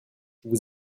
vous